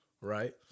Right